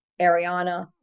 Ariana